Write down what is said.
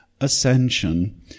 ascension